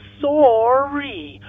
sorry